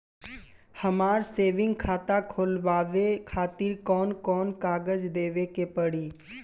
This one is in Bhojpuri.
हमार सेविंग खाता खोलवावे खातिर कौन कौन कागज देवे के पड़ी?